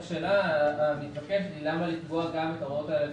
השאלה המתבקשת היא למה לקבוע את ההוראות האלה?